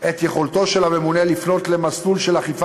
את יכולתו של הממונה לפנות למסלול של אכיפה